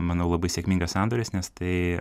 manau labai sėkmingas sandoris nes tai